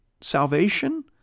salvation